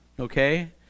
okay